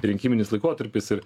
rinkiminis laikotarpis ir